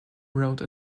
wrote